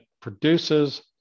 produces